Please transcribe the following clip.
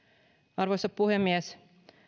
arvoisa puhemies